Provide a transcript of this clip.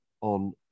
on